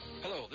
Hello